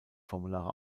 formulare